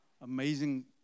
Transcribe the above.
amazing